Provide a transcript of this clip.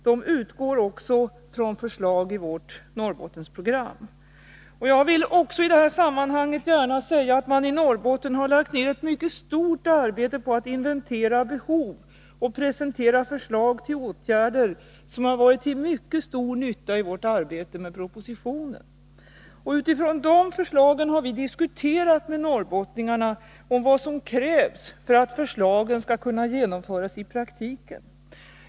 De utgår också från förslagen i vårt Norrbottensprogram. Jag vill gärna i det här sammanhanget säga att man i Norrbotten lagt ned ett mycket stort arbete på att inventera behov och presentera förslag till åtgärder som har varit till mycket stor nytta i vårt arbete med propositionen. Utifrån dessa förslag har vi diskuterat med norrbottningarna vad som krävs för att förslagen skall kunna genomföras i praktiken.